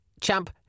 champ